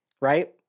right